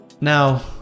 Now